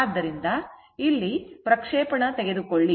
ಆದ್ದರಿಂದ ಇಲ್ಲಿ ಪ್ರಕ್ಷೇಪಣ ತೆಗೆದುಕೊಳ್ಳಿ